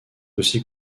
aussi